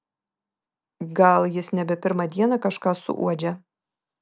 gal jis nebe pirmą dieną kažką suuodžia